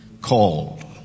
called